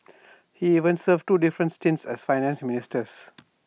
he even served two different stints as Finance Minister